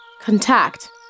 Contact